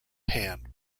hand